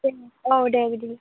औ दे बिदिब्ला